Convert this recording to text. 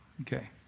Okay